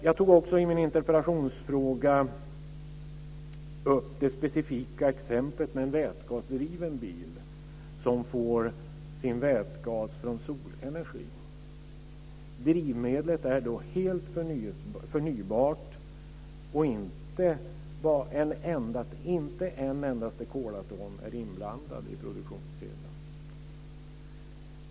Jag tog också i min interpellation upp det specifika exemplet med en vätgasdriven bil som får vätgas från solenergi. Drivmedlet är helt förnybart, och inte en endaste kolatom är inblandad i produktionskedjan.